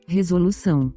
Resolução